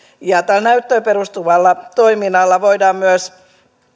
ja tällä näyttöön perustuvalla toiminnalla voidaan myös